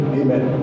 amen